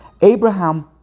Abraham